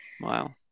wow